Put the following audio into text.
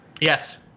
Yes